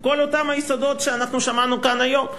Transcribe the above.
כל אותם יסודות ששמענו כאן היום.